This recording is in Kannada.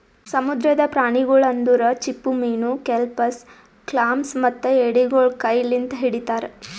ಸಮುದ್ರದ ಪ್ರಾಣಿಗೊಳ್ ಅಂದುರ್ ಚಿಪ್ಪುಮೀನು, ಕೆಲ್ಪಸ್, ಕ್ಲಾಮ್ಸ್ ಮತ್ತ ಎಡಿಗೊಳ್ ಕೈ ಲಿಂತ್ ಹಿಡಿತಾರ್